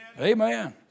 Amen